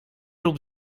rób